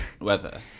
weather